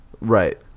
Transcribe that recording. right